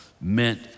meant